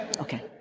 Okay